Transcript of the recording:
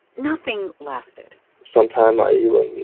nothing lasted sometimes i even